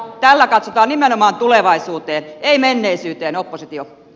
tällä katsotaan nimenomaan tulevaisuuteen ei menneisyyteen oppositio